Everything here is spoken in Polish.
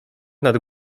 nad